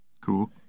Cool